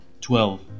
Twelve